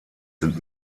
sind